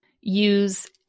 use